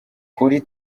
kuri